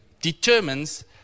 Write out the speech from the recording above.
determines